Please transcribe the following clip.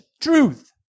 truth